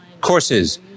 Courses